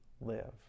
live